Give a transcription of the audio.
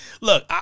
Look